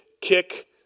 kick